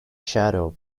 shadow